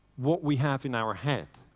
what we have in our head.